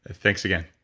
thanks again